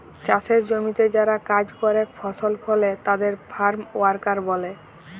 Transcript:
চাসের জমিতে যারা কাজ করেক ফসল ফলে তাদের ফার্ম ওয়ার্কার ব্যলে